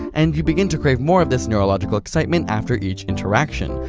and you begin to crave more of this neurological excitement after each interaction.